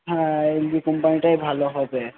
হ্যাঁ এলজি কোম্পানিটাই ভালো হবে